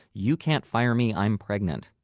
you can't fire me, i'm pregnant.